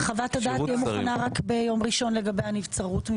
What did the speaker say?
הבנתי שחוות הדעת תהיה מוכנה רק ביום ראשון לגבי הנבצרות.